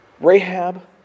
Rahab